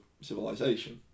civilization